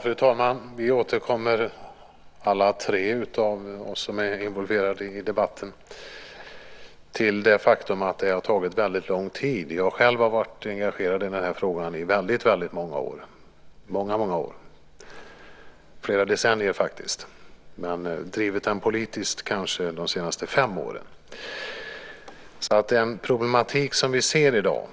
Fru talman! Vi återkommer, alla vi tre som är involverade i debatten, till det faktum att det har tagit väldigt lång tid. Jag själv har varit engagerad i den här frågan i väldigt många år - flera decennier faktiskt. Jag har drivit den politiskt kanske de senaste fem åren. Den problematik som vi ser i dag,